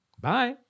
Bye